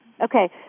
Okay